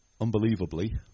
unbelievably